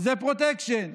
זה פרוטקשן.